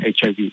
HIV